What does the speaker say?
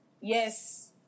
Yes